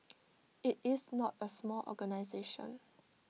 IT is not A small organisation